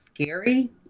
scary